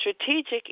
strategic